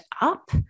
up